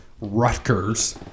Rutgers